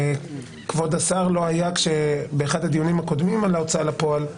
כבוד השר לא היה באחד הדיונים הקודמים על ההוצאה לפועל,